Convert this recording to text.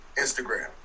Instagram